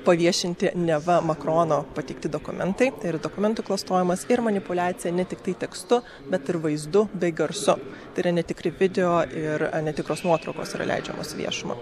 paviešinti neva makrono pateikti dokumentai tai yra dokumentų klastojimas ir manipuliacija ne tiktai tekstu bet ir vaizdu bei garsu tai yra netikri video ir netikros nuotraukos yra leidžiamos į viešumą